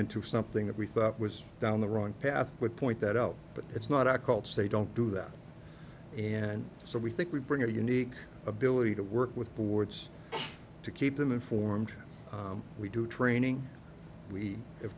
into something that we thought was down the wrong path would point that out but it's not a call to say don't do that and so we think we bring our unique ability to work with boards to keep them informed we do training we have